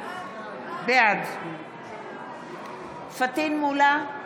בעד פטין מולא,